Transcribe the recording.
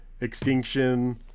extinction